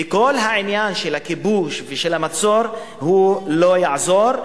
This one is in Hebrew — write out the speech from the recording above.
וכל העניין של הכיבוש ושל המצור לא יעזור,